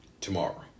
tomorrow